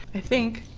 i think